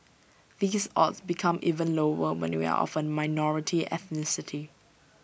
these odds become even lower when you are of A minority ethnicity